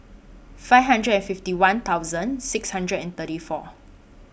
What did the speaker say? five hundred and fifty one thousand six hundred and thirty four